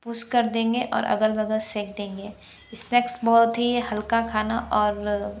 पुस कर देंगे और अगल बगल से सेंक देंगे स्नेक्स बहुत ही हल्का खाना और